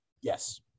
Yes